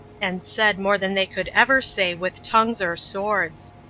and said more than they could ever say with tongues or swords.